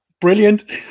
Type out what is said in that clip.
brilliant